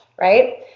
right